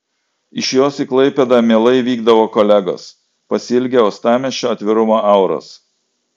iš jos į klaipėdą mielai vykdavo kolegos pasiilgę uostamiesčio atvirumo auros